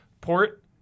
port